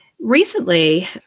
Recently